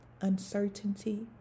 uncertainty